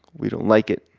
we don't like it.